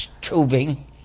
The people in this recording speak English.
tubing